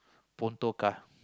Ponto car